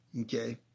Okay